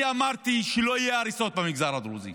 אני אמרתי שלא יהיו הריסות במגזר הדרוזי,